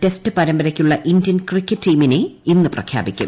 test പരമ്പരയ്ക്കുള്ള Indian cricket ടീമിനെ ഇന്ന് പ്രഖ്യാപിക്കും